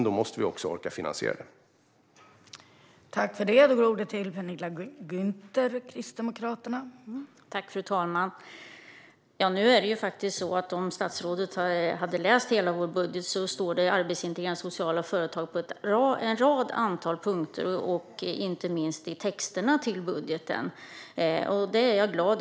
Vi måste också orka finansiera detta.